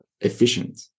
efficient